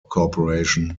corporation